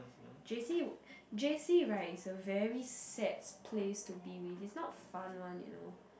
J_C J_C right is a very sad place to be with is not fun one you know